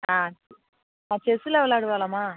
ஆ ஆ செஸ்ஸுலாம் விளாடுவாளாம்மா